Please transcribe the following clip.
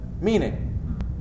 meaning